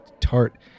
tart